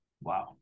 Wow